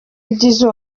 ibyiza